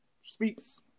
speaks